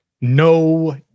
No